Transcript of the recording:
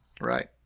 Right